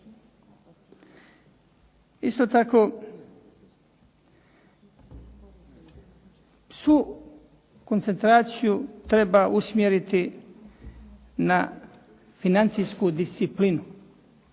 Isto tako, svu koncentraciju treba usmjeriti na financijsku disciplinu.